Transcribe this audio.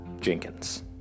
Jenkins